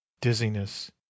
dizziness